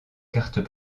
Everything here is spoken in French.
cartes